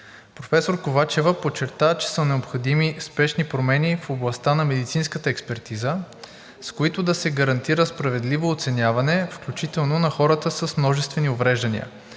Професор Ковачева подчерта, че са необходими спешни промени в областта на медицинската експертиза, с които да се гарантира справедливо оценяване, включително на хората с множествени увреждания,